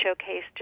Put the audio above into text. showcase